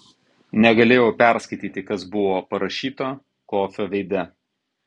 negalėjau perskaityti kas buvo parašyta kofio veide